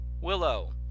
Willow